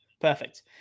Perfect